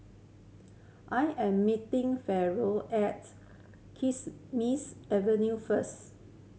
I am meeting Faron at Kismis Avenue first